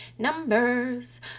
numbers